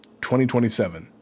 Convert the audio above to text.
2027